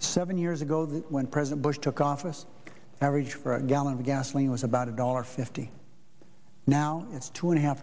seven years ago when president bush took office average for a gallon of gasoline was about a dollar fifty now it's two and a half